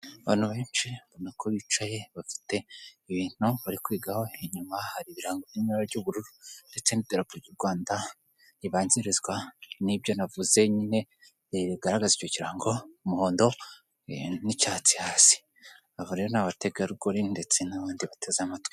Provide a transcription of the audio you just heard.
Abantu benshi ubona ko bicaye bafite ibintu bari kwigaho inyuma hari ibirango mu ibara ry'ubururu ndetse n'iterambere ry'u Rwanda ribanzirizwa n'ibyo navuze nyine rigaragaza icyo kirango, umuhondo n'icyatsi hasi aba rero ni abategarugori ndetse n'abandi bateze amatwi.